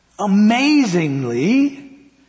Amazingly